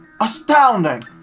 Astounding